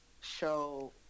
show